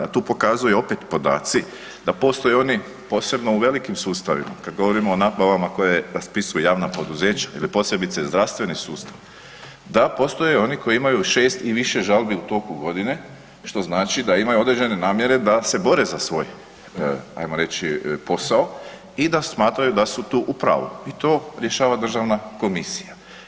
A tu pokazuje opet podaci da postoje oni posebno u velikim sustavima, kad govorimo o nabavama koje raspisuju javna poduzeća ili posebice zdravstveni sustav, da postoje oni koji imaju 6 i više žalbi u toku godine, što znači da imaju određene namjere da se bore za svoj ajmo reći posao, i da smatraju da su tu u pravu, i to rješava Državna komisija.